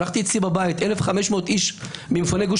אירחתי אצלי בבית 1,500 איש ממפוני גוש